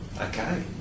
Okay